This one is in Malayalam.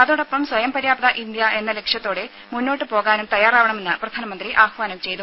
അതോടൊപ്പം സ്വയം പര്യാപ്ത ഇന്ത്യ എന്ന ലക്ഷ്യത്തോടെ മുന്നോട്ട് പോകാനും തയ്യാറാവണമെന്ന് പ്രധാനമന്ത്രി ആഹ്വാനം ചെയ്തു